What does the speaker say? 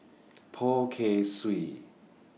Poh Kay Swee